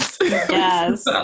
Yes